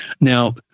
Now